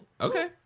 Okay